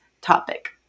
topic